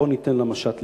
בוא ניתן למשט להיכנס.